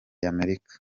y’amerika